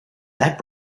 that